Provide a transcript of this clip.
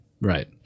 Right